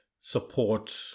support